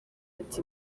ati